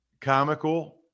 Comical